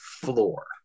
floor